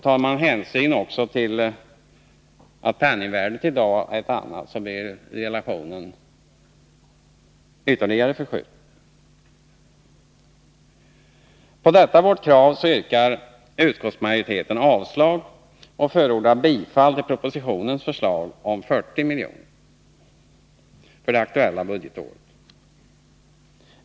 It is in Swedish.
Tar man hänsyn också till att penningvärdet i dag är ett annat, blir relationen ytterligare förskjuten. På detta vårt krav yrkar utskottsmajoriteten avslag och förordar bifall till propositionens förslag om 40 milj.kr. för det nu aktuella budgetåret.